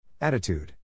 Attitude